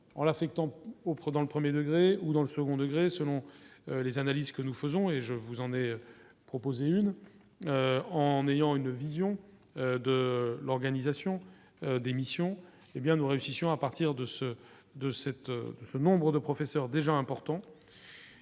en l'affectant aux dans le 1er degré ou dans le second degré, selon les analyses que nous faisons et je vous en ai proposé une en ayant une vision de l'organisation des missions, hé bien nous réussissions à partir de ce de cette ce nombre de professeurs déjà importants